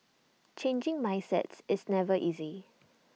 changing mindsets is never easy